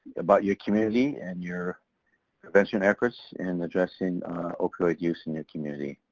about your community and your prevention efforts in addressing opioid use in your community.